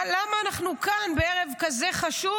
למה אנחנו כאן בערב חשוב כזה?